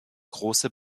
große